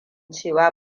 cewa